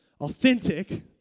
authentic